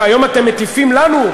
שהיום אתם מטיפים לנו,